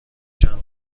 جمع